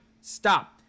Stop